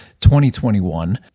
2021